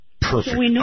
Perfect